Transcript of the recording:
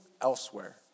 elsewhere